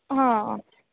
हा